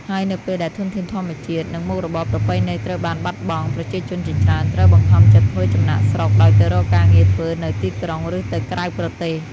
ហើយនៅពេលដែលធនធានធម្មជាតិ និងមុខរបរប្រពៃណីត្រូវបានបាត់បង់ ប្រជាជនជាច្រើនត្រូវបង្ខំចិត្តធ្វើចំណាកស្រុក ដោយទៅរកការងារធ្វើនៅទីក្រុង ឬទៅក្រៅប្រទេស។